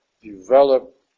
develop